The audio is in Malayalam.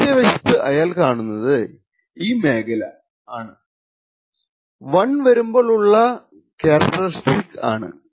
മറ്റേവശത്തു അയാൾ കാണുന്നത് ഈ മേഖല 1 വരുമ്പോൾ ഉള്ള കാരക്റ്ററിസ്റ്റിക് ആണ്